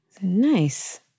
Nice